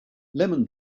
lemon